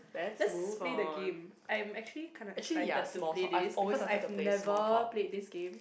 let's play the game I am actually kind of excited to play this because I've never played this game